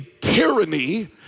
tyranny